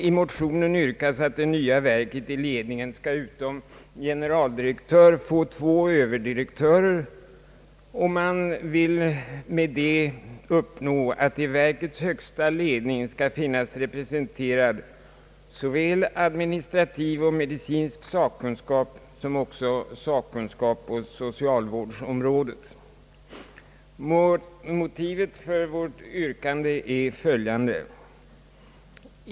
I motionen yrkas att det nya verket i sin ledning utom en generaldirektör skall få två överdirektörer. Med detta vill man uppnå att i verkets högsta ledning skall finnas representerad såväl administrativ och medicinsk sakkunskap som också sakkunskap på socialvårdsområdet. Motivet för vårt yrkande är följande.